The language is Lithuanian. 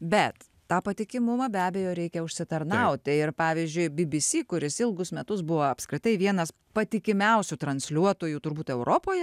bet tą patikimumą be abejo reikia užsitarnaut tai ir pavyzdžiui bbc kuris ilgus metus buvo apskritai vienas patikimiausių transliuotojų turbūt europoje